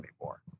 anymore